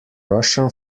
russian